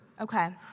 Okay